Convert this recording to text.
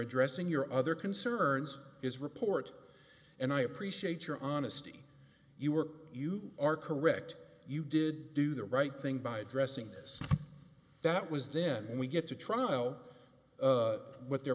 addressing your other concerns is report and i appreciate your honesty you were you are correct you did do the right thing by addressing this that was then and we get to trial what their